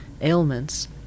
ailments